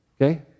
okay